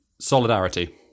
Solidarity